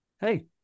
Hey